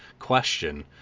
question